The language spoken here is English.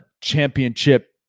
championship